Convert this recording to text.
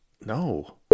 No